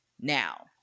now